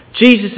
Jesus